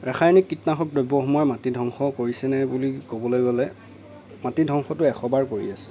ৰাসায়নিক কীটনাশক দ্ৰব্যসমূহে মাটি ধ্বংস কৰিছে নাই বুলি ক'বলৈ গ'লে মাটি ধ্বংসটো এশবাৰ কৰি আছে